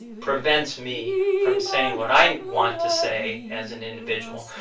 prevents me from saying what i want to say as an individual.